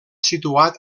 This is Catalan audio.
situat